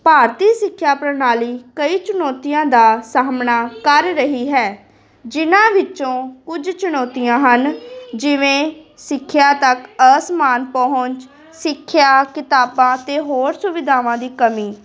ਭਾਰਤੀ ਸਿੱਖਿਆ ਪ੍ਰਣਾਲੀ ਕਈ ਚੁਣੌਤੀਆਂ ਦਾ ਸਾਹਮਣਾ ਕਰ ਰਹੀ ਹੈ ਜਿਨ੍ਹਾਂ ਵਿੱਚੋਂ ਕੁਝ ਚੁਣੌਤੀਆਂ ਹਨ ਜਿਵੇਂ ਸਿੱਖਿਆ ਤੱਕ ਅਸਮਾਨ ਪਹੁੰਚ ਸਿੱਖਿਆ ਕਿਤਾਬਾਂ ਅਤੇ ਹੋਰ ਸੁਵਿਧਾਵਾਂ ਦੀ ਕਮੀ